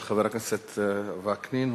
של חבר הכנסת וקנין,